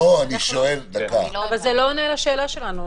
אבל זה לא עונה על השאלה שלנו.